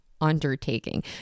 undertaking